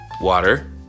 water